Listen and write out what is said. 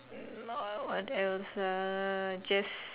err ah what else uh just